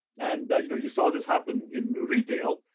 and you know you saw this happen in retail,